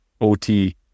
OT